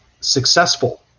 successful